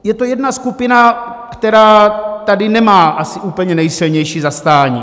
Je to jedna skupina, která tady nemá asi úplně nejsilnější zastání.